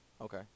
Okay